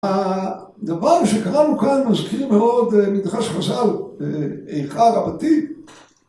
הדבר שקראנו כאן מזכיר מאוד מדרש חז"ל, איכה רבתי